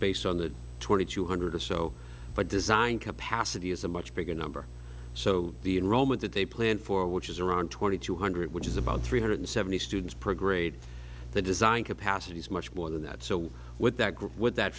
based on the twenty two hundred or so by design capacity is a much bigger number so the enrollment that they plan for which is around twenty two hundred which is about three hundred seventy students per grade the design capacity is much more than that so what that